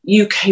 UK